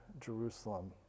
Jerusalem